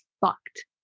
fucked